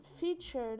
featured